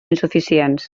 insuficients